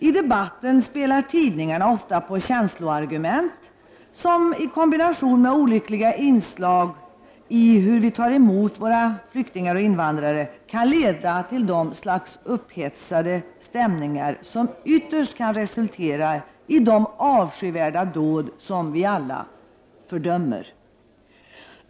I debatten spelar tidningarna ofta på känsloargument, vilket i kombination med olyckliga inslag i hur vi tar emot våra invandrare och flyktingar kan leda till det slags upphetsade stämningar som ytterst kan resultera i de avskyvärda dåd som vi alla fördömer.